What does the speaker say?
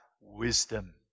wisdom